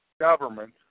government